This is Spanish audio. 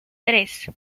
tres